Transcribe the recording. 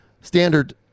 standard